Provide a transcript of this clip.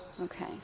Okay